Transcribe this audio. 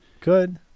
good